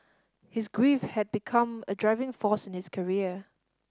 his grief had become a driving force in his career